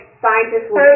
scientists